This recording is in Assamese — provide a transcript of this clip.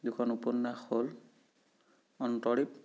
দুখন উপন্যাস হ'ল অন্তৰীপ